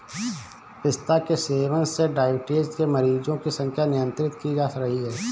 पिस्ता के सेवन से डाइबिटीज के मरीजों की संख्या नियंत्रित की जा रही है